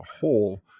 whole